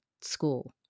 School